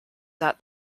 that